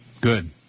Good